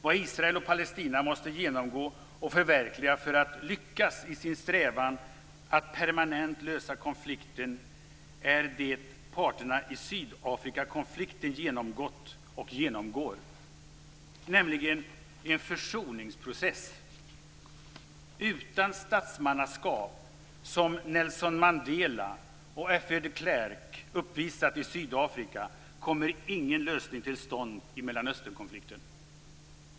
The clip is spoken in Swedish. Vad Israel och Palestina måste genomgå och förverkliga för att lyckas i sin strävan att permanent lösa konflikten är det parterna i Sydafrikakonflikten genomgått och genomgår, nämligen en försoningsprocess. Utan ett sådant statsmannaskap som det Nelson Mandela och F W de Klerk uppvisat i Sydafrika kommer ingen lösning till stånd i Mellanösternkonflikten.